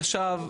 ישב,